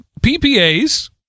ppas